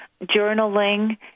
journaling